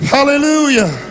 Hallelujah